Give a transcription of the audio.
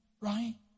Right